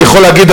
אני יכול להגיד,